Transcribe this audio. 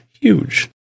huge